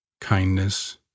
kindness